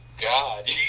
God